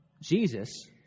Jesus